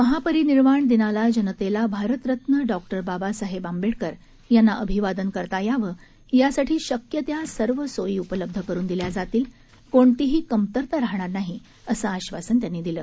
महापरिनिर्वाण दिनाला जनतेला भारतरत्न डॉक्टर बाबासाहेब आंबेडकर यांना अभिवादन करता यावं यासाठी शक्य त्या सर्व सोयी उपलब्ध करून दिल्या जातील कोणतीही कमतरता राहणार नाही असं आश्वासन त्यांनी दिलं